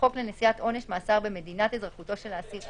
לחוק לנשיאת עונש מאסר במדינת אזרחותו של האסיר,